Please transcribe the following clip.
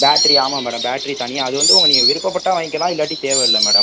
battery ஆமாம் madam battery தனியாக அது வந்து நீங்கள் விருப்பப்பட்டால் வாங்கிக்கலாம் இல்லாட்டி தேவையில்லை மேடம்